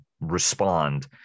respond